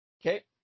Okay